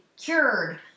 cured